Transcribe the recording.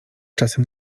czasem